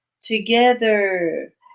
together